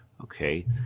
Okay